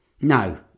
No